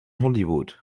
hollywood